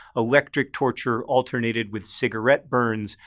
electric torture alternated with cigarette burns,